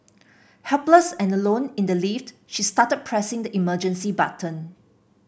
helpless and alone in the lift she started pressing the emergency button